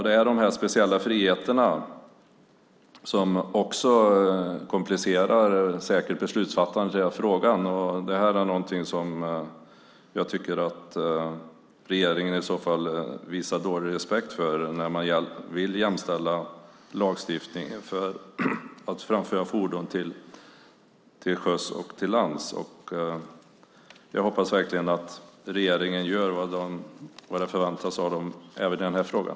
Det är de här speciella friheterna som säkert komplicerar beslutsfattande i den här frågan. Det är någonting som jag tycker att regeringen visar dålig respekt för när man vill jämställa lagstiftning när det gäller att framföra fordon till sjöss och på land. Jag hoppas att regeringen gör vad som förväntas av den även i den här frågan.